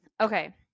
Okay